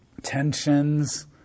tensions